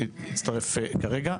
שהצטרף כרגע.